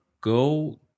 go